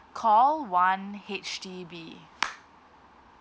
call one H_D_B